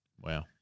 Wow